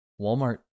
walmart